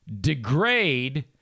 degrade